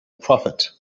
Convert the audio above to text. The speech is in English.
prophet